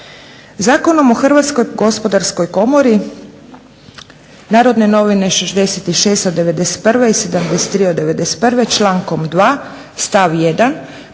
Zakonom o Hrvatskoj gospodarskoj komori Narodne novine 66/91 i 73/91 člankom 2. stav 1.